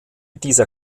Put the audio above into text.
dieser